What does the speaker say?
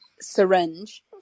syringe